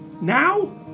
now